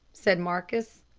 said marcus.